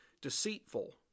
Deceitful